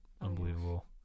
unbelievable